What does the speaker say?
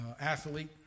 athlete